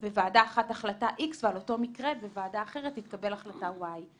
תתקבל החלטה איקס ועל אותו מקרה בוועדה אחרת החלטה ואי.